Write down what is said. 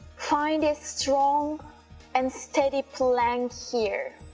find ah strong and steady plank here